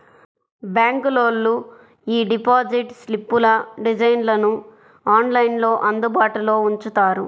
బ్యాంకులోళ్ళు యీ డిపాజిట్ స్లిప్పుల డిజైన్లను ఆన్లైన్లో అందుబాటులో ఉంచుతారు